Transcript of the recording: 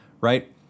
right